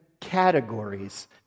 categories